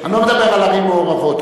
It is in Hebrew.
אני לא מדבר על ערים מעורבות,